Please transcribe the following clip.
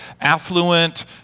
affluent